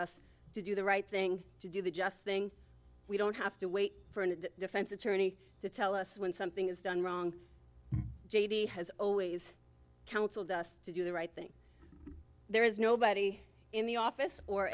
us to do the right thing to do the just thing we don't have to wait for the defense attorney to tell us when something is done wrong j d has always counseled us to do the right thing there is nobody in the office or